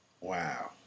Wow